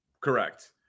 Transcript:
correct